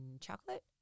chocolate